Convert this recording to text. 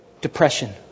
depression